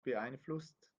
beeinflusst